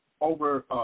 over –